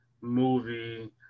movie